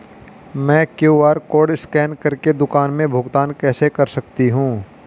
मैं Q R code scan कर के दुकान में भुगतान कैसे कर सकती हूँ?